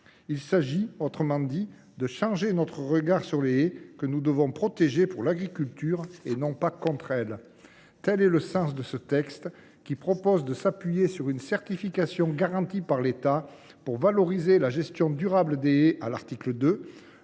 Il s’agit, autrement dit, de changer notre regard sur les haies, que nous devons protéger pour l’agriculture et non pas contre elle. Tel est le sens de ce texte qui prévoit, à son article 2, de s’appuyer sur une certification garantie par l’État pour valoriser la gestion durable des haies, à son article 3,